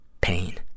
pain